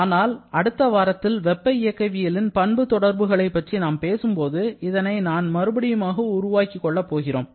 ஆனால் அடுத்த வாரத்தில் வெப்ப இயக்கவியலின் பண்பு தொடர்புகளைப் பற்றி நாம் பேசும்போது இதனை நாம் மறுபடியுமாக உருவாக்கிக் கொள்ள போகிறோம்